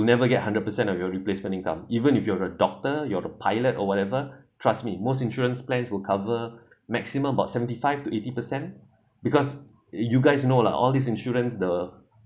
you never get hundred percent of your replacement income even if you're a doctor you're a pilot or whatever trust me most insurance plans will cover maximum about seventy five to eighty percent because you guys know lah all these insurance the